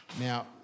Now